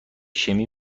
شیمی